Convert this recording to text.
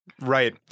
Right